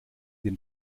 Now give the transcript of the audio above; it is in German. den